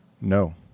No